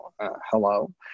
hello